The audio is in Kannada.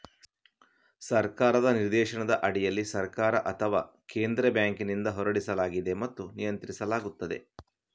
ಸರ್ಕಾರದ ನಿರ್ದೇಶನದ ಅಡಿಯಲ್ಲಿ ಸರ್ಕಾರ ಅಥವಾ ಕೇಂದ್ರ ಬ್ಯಾಂಕಿನಿಂದ ಹೊರಡಿಸಲಾಗಿದೆ ಮತ್ತು ನಿಯಂತ್ರಿಸಲಾಗುತ್ತದೆ